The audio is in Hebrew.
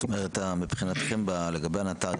מבחינתכם לגבי הנט"רים,